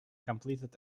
completed